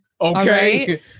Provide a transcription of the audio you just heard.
Okay